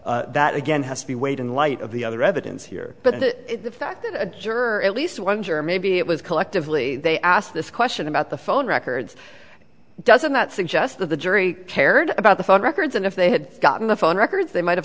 that again has to be weighed in light of the other evidence here but the fact that a juror at least one juror maybe it was collectively they asked this question about the phone records doesn't that suggest that the jury cared about the phone records and if they had gotten the phone records they might have